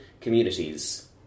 communities